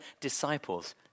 disciples